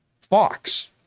Fox